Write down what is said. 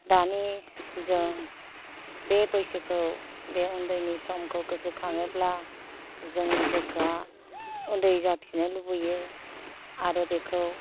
दानि जों बे बैसोखौ बे उन्दैनि समखौ गोसोखाङोब्ला जोंनि गोसोआ उन्दै जाफिननो लुबैयो आरो बेखौ